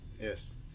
yes